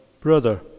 Brother